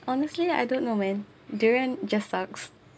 honestly I don't know man durian just sucks